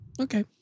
Okay